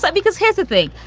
like because here's the thing.